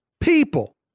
people